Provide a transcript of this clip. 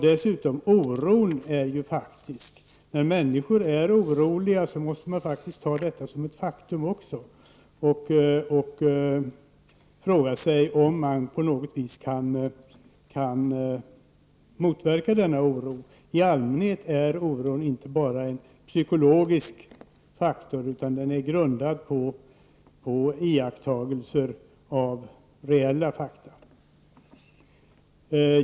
Dessutom är ju oron faktisk. När människor är oroliga, måste man ta det som ett faktum också och fråga sig om man på något vis kan motverka denna oro. I allmänhet är oron inte bara en psykologisk faktor, utan den är grundad på iakttagelser av reella fakta.